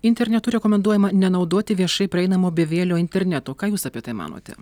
internetu rekomenduojama nenaudoti viešai prieinamo bevielio interneto ką jūs apie tai manote